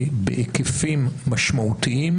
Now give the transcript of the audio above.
בהיקפים משמעותיים,